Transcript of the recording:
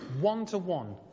one-to-one